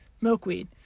milkweed